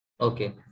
Okay